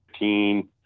15